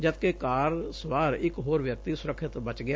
ਜਦਕਿ ਕਾਰ ਸਵਾਰ ਇਕ ਹੋਰ ਵਿਅਕਤੀ ਸੁਰੱਖਿਅਤ ਬੱਚ ਗਿਆ